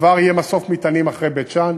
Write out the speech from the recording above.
כבר יהיה מסוף מטענים אחרי בית-שאן